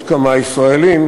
לעתים עם עוד כמה ישראלים,